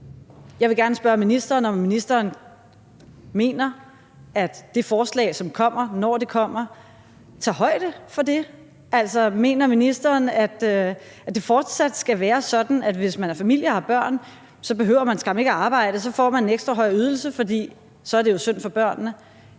Jeg vil gerne spørge ministeren, om ministeren mener, at det forslag, som kommer – når det kommer – tager højde for det. Altså, mener ministeren, at det fortsat skal være sådan, at hvis man er en familie og har børn, behøver man skam ikke at arbejde, og så får man en ekstra høj ydelse, fordi det jo er synd for børnene?